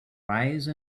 rise